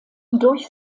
durch